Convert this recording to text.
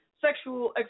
sexual